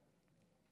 וכו'.